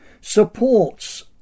supports